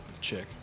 chick